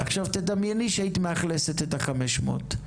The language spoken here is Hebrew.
עכשיו תדמייני שהיית מאכלסת את ה-500,